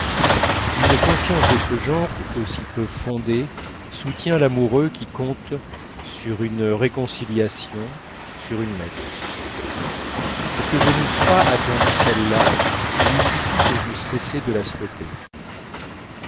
une confiance de ce genre et aussi peu fondée soutient l'amoureux qui compte sur une réconciliation sur une lettre pour que je n'eusse pas attendu celle-là il eût suffi que j'eusse cessé de la souhaiter